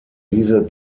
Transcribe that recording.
diese